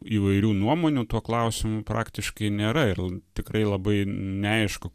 įvairių nuomonių tuo klausimu praktiškai nėra ir tikrai labai neaišku